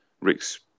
Rick's